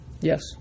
Yes